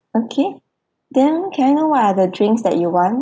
okay then can I know what are the drinks that you want